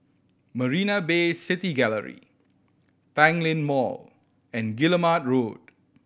Marina Bay City Gallery Tanglin Mall and Guillemard Road